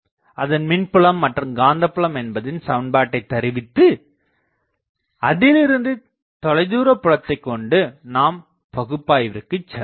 அதன் மின்புலம் மற்றும் காந்தபுலம் என்பதின் சமண்பாட்டைத் தருவித்து அதிலிருந்து தொலைதூர புலத்தைக் கொண்டு நாம் பகுப்பாய்விற்குச் சொல்லாம்